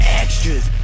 extras